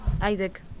Isaac